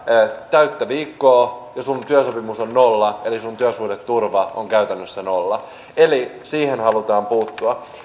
täyttä viikkoa kun sinun työsopimuksesi on nolla eli sinun työsuhdeturvasi on käytännössä nolla siihen halutaan puuttua